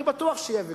ואני בטוח שיהיה ויכוח,